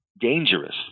dangerous